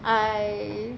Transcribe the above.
I